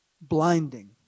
blinding